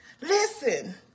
Listen